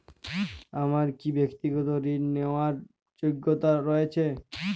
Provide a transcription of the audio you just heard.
আমার কী ব্যাক্তিগত ঋণ নেওয়ার যোগ্যতা রয়েছে?